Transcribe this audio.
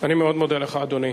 אני מאוד מודה לך, אדוני.